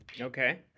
Okay